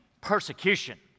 persecution